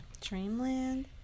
Dreamland